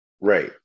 Right